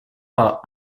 pas